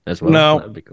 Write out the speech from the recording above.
No